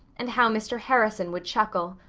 and how mr. harrison would chuckle!